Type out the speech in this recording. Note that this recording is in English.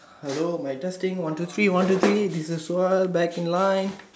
hello mic testing one two three one two three this is sure back in line